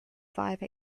five